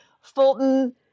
Fulton